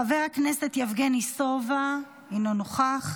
חבר הכנסת יבגני סובה, אינו נוכח,